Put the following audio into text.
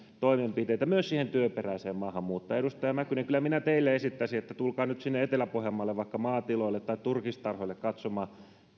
toimenpiteitä ja myös siihen työperäiseen maahanmuuttoon edustaja mäkynen kyllä minä teille esittäisin että tulkaa nyt sinne etelä pohjanmaalle vaikka maatiloille tai turkistarhoille katsomaan